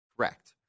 Correct